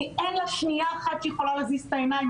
אין לה שנייה אחת שהיא יכולה להזיז את העיניים.